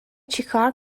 چیکار